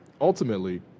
ultimately